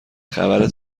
خبر